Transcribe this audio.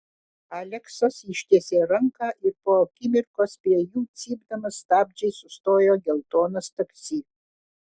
aleksas ištiesė ranką ir po akimirkos prie jų cypdamas stabdžiais sustojo geltonas taksi